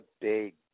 big